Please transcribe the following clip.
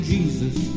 Jesus